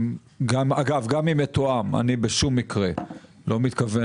אגב גם אם מתואם אני בשום מקרה לא מתכוון